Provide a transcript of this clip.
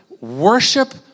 Worship